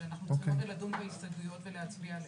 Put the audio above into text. אנחנו צריכים לדון בהסתייגויות ולהצביע עליהן.